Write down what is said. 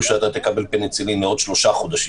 שאתה תקבל פניצילין לעוד שלושה חודשים.